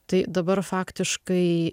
tai dabar faktiškai